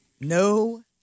No